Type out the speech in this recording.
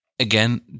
Again